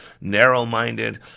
narrow-minded